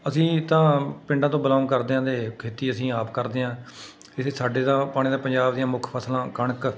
ਅਸੀਂ ਤਾਂ ਪਿੰਡਾਂ ਤੋਂ ਬਿਲੋਂਗ ਕਰਦੇ ਹਾਂ ਅਤੇ ਖੇਤੀ ਅਸੀਂ ਆਪ ਕਰਦੇ ਹਾਂ ਇੱਥੇ ਸਾਡੇ ਤਾਂ ਪਾਣੀ ਦਾ ਪੰਜਾਬ ਦੀਆਂ ਮੁੱਖ ਫ਼ਸਲਾਂ ਕਣਕ